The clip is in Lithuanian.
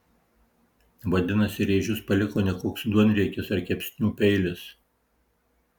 vadinasi rėžius paliko ne koks duonriekis ar kepsnių peilis